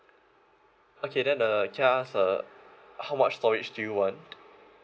okay then uh can I ask uh how much storage do you want